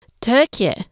Turkey